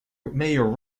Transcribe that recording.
mayor